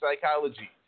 psychology